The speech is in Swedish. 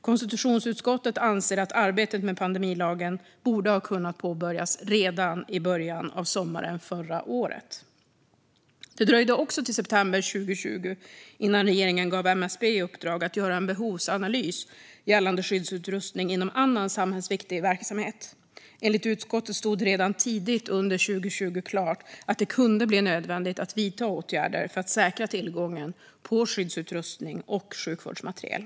Konstitutionsutskottet anser att arbetet med pandemilagen borde ha kunnat påbörjas redan i början av sommaren förra året. Det dröjde också till september 2020 innan regeringen gav MSB i uppdrag att göra en behovsanalys gällande skyddsutrustning inom annan samhällsviktig verksamhet. Enligt utskottet stod det redan tidigt under 2020 klart att det kunde bli nödvändigt att vidta åtgärder för att säkra tillgången på skyddsutrustning och sjukvårdsmateriel.